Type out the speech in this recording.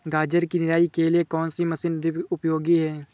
गाजर की निराई के लिए कौन सी मशीन अधिक उपयोगी है?